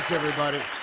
everybody.